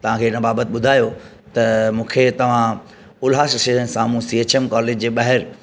तव्हांखे हिन बाबति ॿुधायो त मूंखे तव्हां उल्हास शहर जे सामुहूं सी एच एम कॉलेज जे ॿाहिर